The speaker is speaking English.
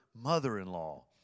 mother-in-law